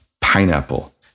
Pineapple